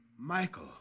Michael